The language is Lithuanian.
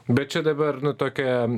bet čia dabar nu tokią